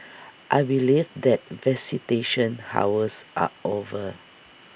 I believe that visitation hours are over